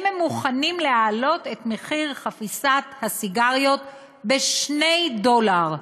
האם הם מוכנים להעלות את מחיר חפיסת הסיגריות ב-2 דולר.